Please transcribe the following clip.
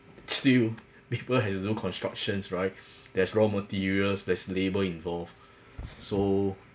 still people has to do constructions right there's raw materials there's labor involved so